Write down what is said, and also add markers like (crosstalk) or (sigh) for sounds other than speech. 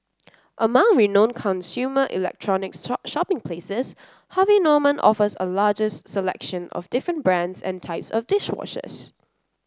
among renowned consumer electronics (unintelligible) shopping places Harvey Norman offers a largest selection of different brands and types of dish washers